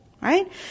Right